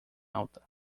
alta